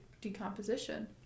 decomposition